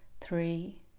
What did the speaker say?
three